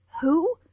Who